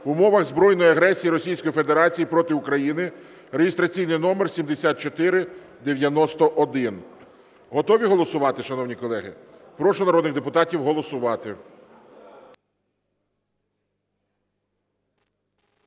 умовах збройної агресії Російської Федерації проти України (реєстраційний номер 7491). Готові голосувати, шановні колеги? Прошу народних депутатів голосувати.